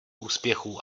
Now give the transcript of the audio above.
úspěchů